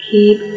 Keep